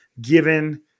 given